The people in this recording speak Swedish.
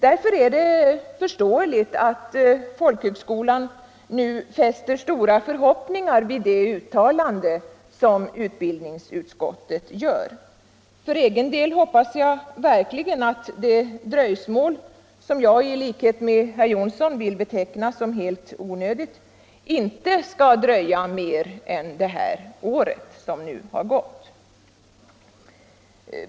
Därför är det förståeligt om folkhögskolan nu fäster stora förhoppningar vid det uttalande som utbildningsutskottet gör. För egen del hoppas jag verkligen att det dröjsmål som jag i likhet med herr Jonsson vill beteckna som helt onödigt inte skall sträcka sig längre än till det år som nu har gått.